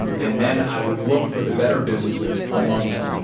and and then i would look for the better businesses among them.